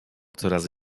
coraz